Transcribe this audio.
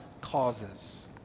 causes